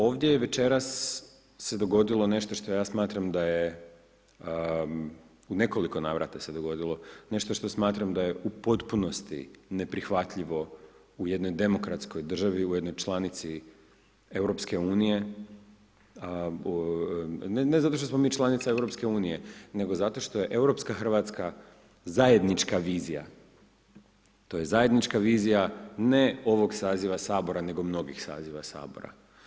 Ovdje je večeras se dogodilo nešto što ja smatram da je, u nekoliko navrata se dogodilo, nešto što smatram da je u potpunosti neprihvatljivo u jednoj demokratskoj državi, u jednoj članici Europske unije, ne zato što smo mi članica EU, nego zato što je europska Hrvatska zajednička vizija, to je zajednička vizija, ne ovog saziva Sabora nego mnogih saziva Sabora.